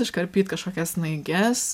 iškarpyt kažkokias snaiges